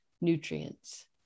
nutrients